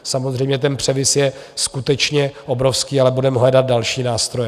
Samozřejmě převis je skutečně obrovský, ale budeme hledat další nástroje.